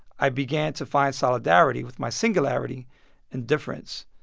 i began to find solidarity with my singularity and difference.